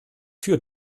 für